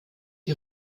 die